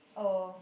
oh